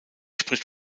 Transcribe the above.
spricht